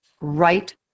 right